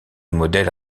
modèle